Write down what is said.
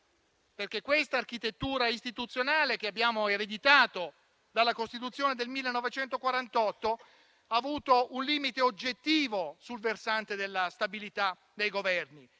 reale. Questa architettura istituzionale che abbiamo ereditato dalla Costituzione del 1948 ha avuto un limite oggettivo sul versante della stabilità dei Governi